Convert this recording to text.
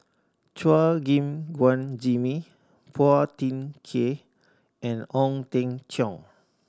Chua Gim Guan Jimmy Phua Thin Kiay and Ong Teng Cheong